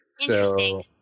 Interesting